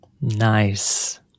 Nice